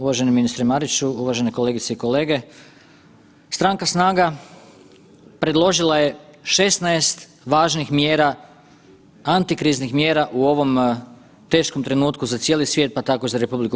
Uvaženi ministre Mariću, uvažene kolegice i kolege, Stranka SNAGA predložila je 16 važnih mjera, antikriznih mjera u ovom teškom trenutku za cijeli svijet pa tako i za RH.